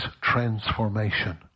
transformation